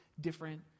different